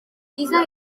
llisa